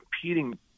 competing